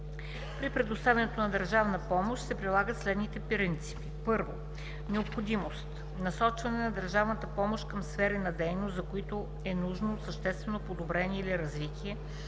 При предоставянето на държавна помощ се прилагат следните принципи: 1. необходимост – насочване на държавната помощ към сфери на дейност, за които е нужно съществено подобрение или развитие,